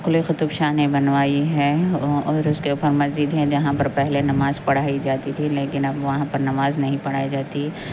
قلی قطب شاہ نے بنوائی ہے اور اور اس کے اوپر مسجد ہے جہاں پر پہلے نماز پڑھائی جاتی تھی لیکن اب وہاں پر نماز نہیں پڑھائی جاتی